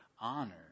honor